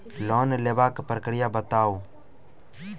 Loan लेबाक प्रक्रिया बताऊ?